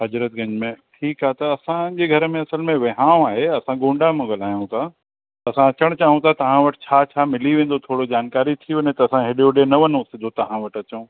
हजरतगंज में ठीकु आहे त असांजे घर में असल में विहाउं आहे असां गोंडा मों ॻल्हायूं था असां अचणु चाहियूं था तव्हां वटि छा छा मिली वेंदो थोरो जानकारी थी वञे त असां हेॾे होॾे न वञऊं सिधो तव्हां वटि अचऊं